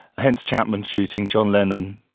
hence chapman shooting john lennon